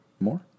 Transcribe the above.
more